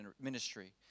ministry